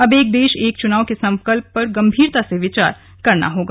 अब एक देश एक चुनाव के संकल्प पर गम्भीरता से विचार करना होगा